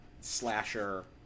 slasher